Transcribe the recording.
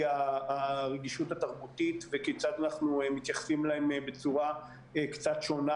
הרגישות התרבותית וכיצד אנחנו מתייחסים אליהם בצורה קצת שונה